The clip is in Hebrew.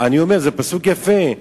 אני אומר, זה פסוק יפה,